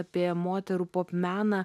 apie moterų meną